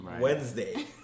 Wednesday